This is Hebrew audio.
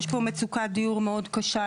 יש פה מצוקה מאוד קשה,